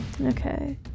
Okay